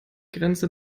grenze